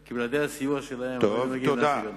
כי בלעדי הסיוע שלהם לא היינו מגיעים לאן שהגענו.